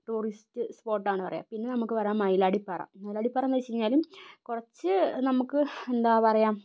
tourist സ്പോട്ടാണ് പറയാം പിന്നെ നമുക്ക് പറയാം മൈലാടിപ്പാറ മൈലാടിപ്പാറ എന്ന് വെച്ചിരുന്നാല് കുറച്ച് നമുക്ക് എന്താ പറയുക